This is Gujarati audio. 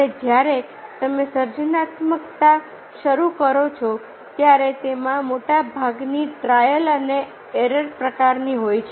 અને જ્યારે તમે સર્જનાત્મકતા શરૂ કરો છો ત્યારે તેમાં મોટાભાગની ટ્રાયલ અને એરર પ્રકારની હોય છે